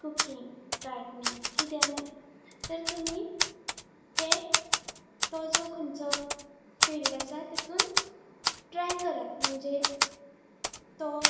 cooking gardening किद्या नूय तर तुमी ते तो जो खंयचो फिल्ड आसा तेतून ट्राय करात म्हणजे तो